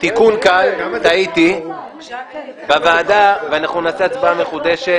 טעיתי ואנחנו נעשה הצבעה מחודשת.